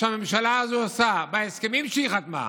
שהממשלה הזאת עושה, בהסכמים שהיא חתמה,